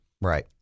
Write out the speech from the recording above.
right